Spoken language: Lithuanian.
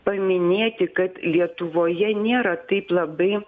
paminėti kad lietuvoje nėra taip labai